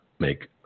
make